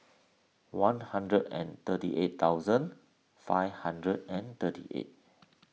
one hundred and thirty eight thousand five hundred and thirty eight